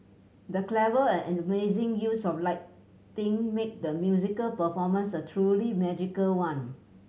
the clever and amazing use of lighting made the musical performance a truly magical one